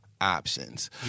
Options